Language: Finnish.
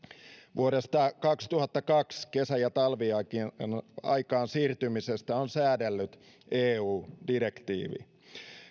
vuodesta kaksituhattakaksi kesä ja talviaikaan siirtymisestä on säädellyt eu direktiivi